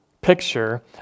Picture